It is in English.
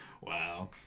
Wow